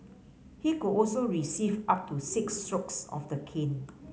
he could also receive up to six strokes of the cane